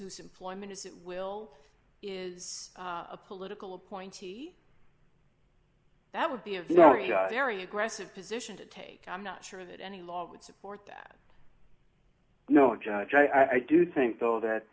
whose employment is it will is a political appointee that would be a very very aggressive position to take i'm not sure that any law would support that no i do think though that